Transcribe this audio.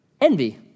Envy